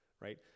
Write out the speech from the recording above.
right